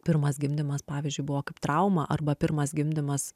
pirmas gimdymas pavyzdžiui buvo kaip trauma arba pirmas gimdymas